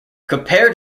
compared